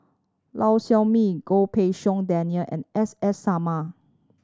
Lau Siew Mei Goh Pei Siong Daniel and S S Sarma